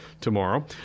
tomorrow